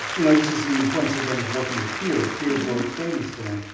you know, this is the importance, again, of working with peers. peers will explain this to them.